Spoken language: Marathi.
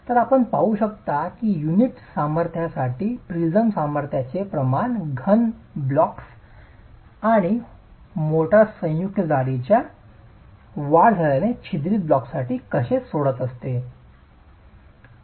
तर आपण पाहू शकता की युनिट सामर्थ्यासाठी प्रिझम सामर्थ्याचे प्रमाण घन ब्लॉक्स आणि मोर्टार संयुक्त जाडीत वाढ झाल्याने छिद्रित ब्लॉक्ससाठी कसे सोडत आहे